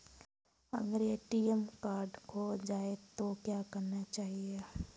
अगर ATM card खो जाए तो क्या करना चाहिए?